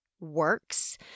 Works